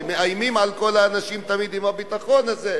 ותמיד מאיימים על כל האנשים עם הביטחון הזה,